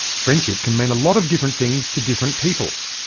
friendship can mean a lot of different things to different people.